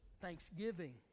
thanksgiving